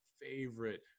favorite